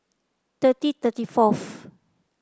thirty thirty fourth